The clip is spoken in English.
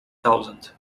thousand